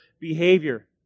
behavior